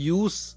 use